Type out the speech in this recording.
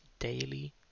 daily